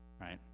Right